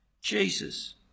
Jesus